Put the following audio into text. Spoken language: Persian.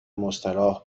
مستراح